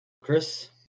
Chris